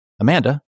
Amanda